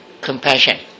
compassion